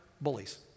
Bullies